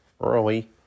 Early